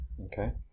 Okay